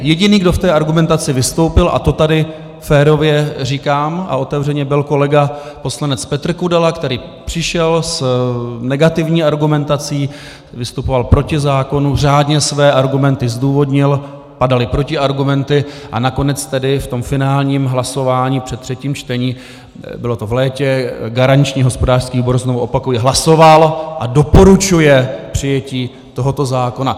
Jediný, kdo v té argumentaci vystoupil, a to tady férově a otevřeně říkám, byl kolega poslanec Petr Kudela, který přišel s negativní argumentací, vystupoval proti zákonu, řádně své argumenty zdůvodnil, padaly protiargumenty a nakonec tedy ve finálním hlasování před třetím čtením bylo to v létě garanční hospodářský výbor, znovu opakuji, hlasoval a doporučuje přijetí tohoto zákona.